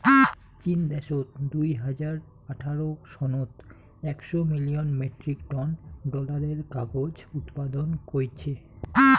চীন দ্যাশত দুই হাজার আঠারো সনত একশ মিলিয়ন মেট্রিক টন ডলারের কাগজ উৎপাদন কইচ্চে